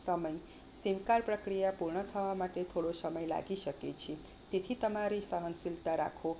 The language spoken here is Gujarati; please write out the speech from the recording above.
સમય સીમ કાર્ડ પ્રક્રિયા પૂર્ણ થવા માટે થોડો સમય લાગી શકે છે તેથી તમારી સહનશીલતા રાખો